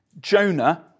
Jonah